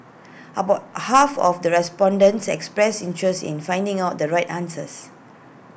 about half of the respondents expressed interests in finding out the right answers